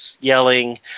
yelling